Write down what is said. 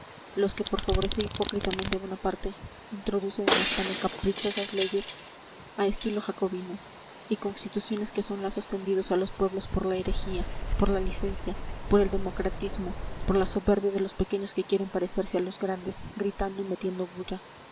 los que por favorecer hipócritamente a bonaparte introducen en españa caprichosas leyes a estilo jacobino y constituciones que son lazos tendidos a los pueblos por la herejía por la licencia por el democratismo por la soberbia de los pequeños que quieren parecerse a los grandes gritando y metiendo bulla